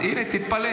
הינה, תתפלא.